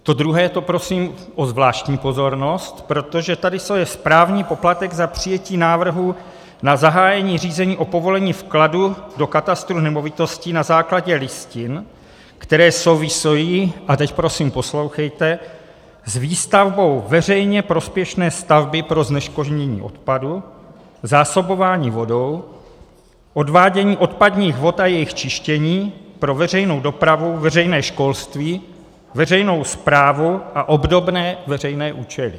To druhé, to prosím o zvláštní pozornost, protože tady to je správní poplatek za přijetí návrhu na zahájení řízení o povolení vkladu do katastru nemovitostí na základě listin, které souvisejí a teď prosím poslouchejte s výstavbou veřejně prospěšné stavby pro zneškodnění odpadu, zásobování vodou, odvádění odpadních vod a jejich čištění, pro veřejnou dopravu, veřejné školství, veřejnou správu a obdobné veřejné účely.